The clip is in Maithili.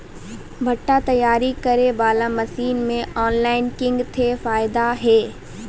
भुट्टा तैयारी करें बाला मसीन मे ऑनलाइन किंग थे फायदा हे?